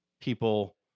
people